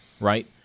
right